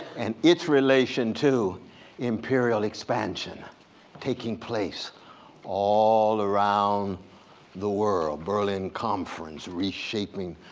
and it's relation to imperial expansion taking place all around the world? berlin conference reshaping